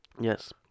Yes